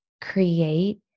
create